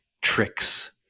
tricks